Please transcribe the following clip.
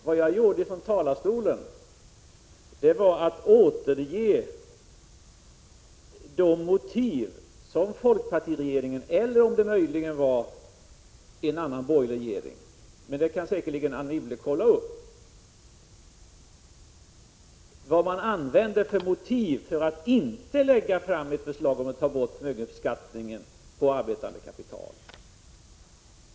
Vad jag gjorde här i talarstolen var att jag återgav de motiv som folkpartiregeringen — eller om det möjligen var en annan borgerlig regering, men den saken kan Anne Wibble säkerligen kontrollera — använde för att inte lägga fram ett förslag om borttagande av förmögenhetsskatten på arbetande kapital.